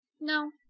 no